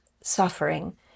suffering